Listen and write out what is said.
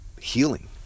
healing